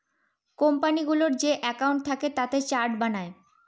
কোম্পানিগুলোর যে একাউন্ট থাকে তাতে চার্ট বানায়